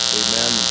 amen